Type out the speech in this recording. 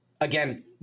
Again